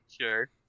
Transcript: sure